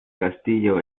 castillo